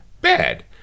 bad